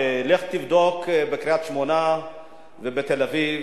לך תבדוק בקריית-שמונה ובתל-אביב,